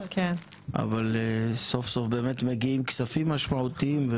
אבל סוף סוף באמת מגיעים כספים משמעותיים,